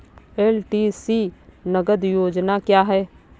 LTC नगद योजना क्या है?